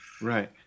Right